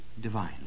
divine